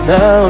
Now